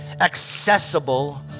accessible